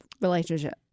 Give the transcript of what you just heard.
relationship